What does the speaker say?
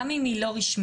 גם אם היא לא רשמית.